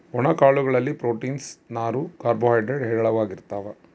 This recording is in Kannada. ಒಣ ಕಾಳು ಗಳಲ್ಲಿ ಪ್ರೋಟೀನ್ಸ್, ನಾರು, ಕಾರ್ಬೋ ಹೈಡ್ರೇಡ್ ಹೇರಳವಾಗಿರ್ತಾವ